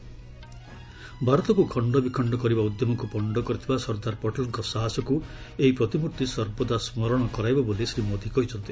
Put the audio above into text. ଭାରତକୁ ଖଣ୍ଡବିଖଣ୍ଡ କରିବା ଉଦ୍ୟମକୁ ପଶ୍ଡ କରିଥିବା ସର୍ଦ୍ଦାର ପଟେଲ୍ଙ୍କ ସାହସକୁ ଏହି ପ୍ରତିମୂର୍ତ୍ତି ସର୍ବଦା ସ୍ମରଣ କରାଇବ ବୋଲି ଶ୍ରୀ ମୋଦି କହିଛନ୍ତି